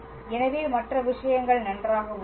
எனவே மற்ற விஷயங்கள் நன்றாக உள்ளன